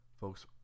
Folks